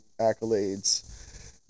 accolades